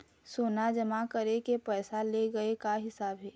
सोना जमा करके पैसा ले गए का हिसाब हे?